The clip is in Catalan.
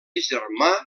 germà